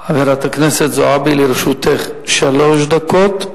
חברת הכנסת זועבי, לרשותך שלוש דקות,